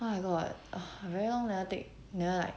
oh my god ah I very long never take never like